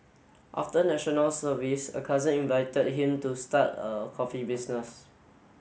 after National Service a cousin invited him to start a coffee business